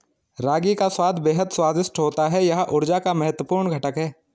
रागी का स्वाद बेहद स्वादिष्ट होता है यह ऊर्जा का महत्वपूर्ण घटक है